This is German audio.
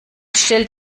stellt